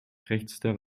krächzte